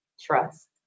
trust